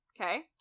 okay